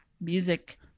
music